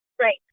Right